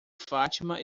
fátima